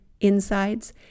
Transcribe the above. insides